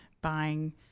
buying